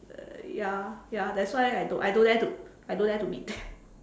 ya ya that's why I don't I don't dare to I don't dare to meet them